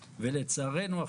לצערנו,